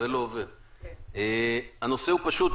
הנושא פשוט.